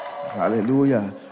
Hallelujah